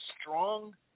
strong